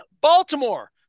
Baltimore